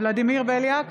ולדימיר בליאק,